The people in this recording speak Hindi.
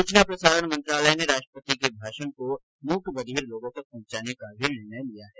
सूचना प्रसारण मंत्रालय ने राष्ट्रपति के भाषण को मूक बधिर लोगों तक पहुंचाने का निर्णय भी लिया हैं